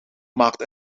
maakte